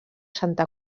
santa